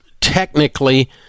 technically